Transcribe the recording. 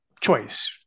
choice